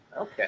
Okay